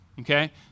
okay